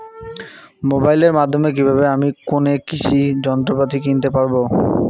মোবাইলের মাধ্যমে কীভাবে আমি কোনো কৃষি যন্ত্রপাতি কিনতে পারবো?